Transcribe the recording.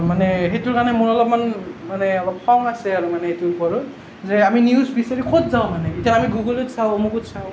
মানে সেইটোৰ কাৰণে মোৰ অলপমান মানে অলপ খং আছে আৰু মানে এইটোৰ ওপৰত যে আমি নিউজ বিচাৰি ক'ত যাওঁ মানে এতিয়া আমি গুগুলত চাওঁ অমুকত চাওঁ